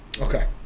Okay